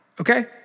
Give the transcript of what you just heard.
okay